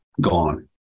gone